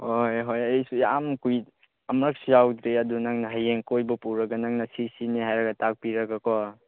ꯍꯣꯏ ꯍꯣꯏ ꯑꯩꯁꯨ ꯌꯥꯝ ꯑꯃꯨꯔꯛꯁꯨ ꯌꯥꯎꯗ꯭ꯔꯤ ꯑꯗꯨ ꯅꯪꯅ ꯍꯌꯦꯡ ꯀꯣꯏꯕ ꯄꯨꯔꯒ ꯅꯪꯅ ꯁꯤꯁꯤꯅꯦ ꯍꯥꯏꯔꯒ ꯇꯥꯛꯄꯤꯔꯒꯀꯣ